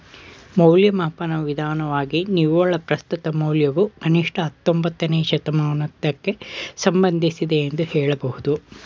ಮೌಲ್ಯಮಾಪನ ವಿಧಾನವಾಗಿ ನಿವ್ವಳ ಪ್ರಸ್ತುತ ಮೌಲ್ಯವು ಕನಿಷ್ಠ ಹತ್ತೊಂಬತ್ತನೇ ಶತಮಾನದಕ್ಕೆ ಸಂಬಂಧಿಸಿದೆ ಎಂದು ಹೇಳಬಹುದು